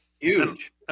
Huge